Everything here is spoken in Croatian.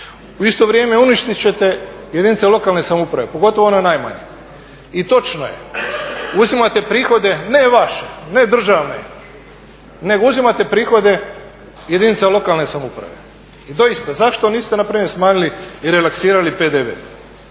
U isto vrijeme uništit ćete jedinice lokalne samouprave, pogotovo one najmanje. I točno je uzimate prihode, ne vaše, ne državne, nego uzimate prihode jedinica lokalne samouprave. I doista zašto niste npr. smanjili i relaksirali PDV?